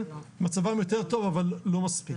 מצבם יותר טוב אבל לא מספיק.